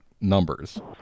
numbers